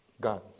God